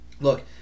Look